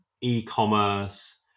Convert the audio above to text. e-commerce